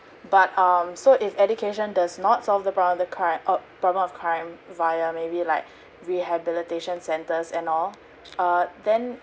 but um so if education does not solve the problem of the crime uh problem of crime via maybe like rehabilitation centres and all err then